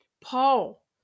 Paul